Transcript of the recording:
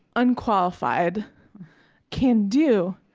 unqualified can do.